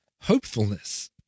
hopefulness